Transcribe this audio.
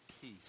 peace